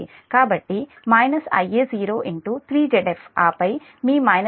కాబట్టి Ia0 3 Zf ఆపై మీ మైనస్ Va1 0